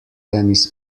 tennis